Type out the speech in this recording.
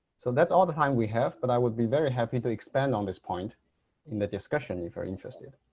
so that's all the time we have but i would be very happy to expand on this point in the discussion if you're interested.